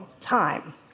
time